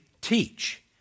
teach